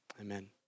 Amen